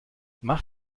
mach